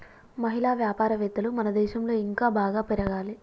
మహిళా వ్యాపారవేత్తలు మన దేశంలో ఇంకా బాగా పెరగాలి